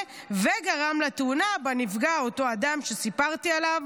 וגרם לתאונה שבה נפגע אותו אדם שסיפרתי עליו.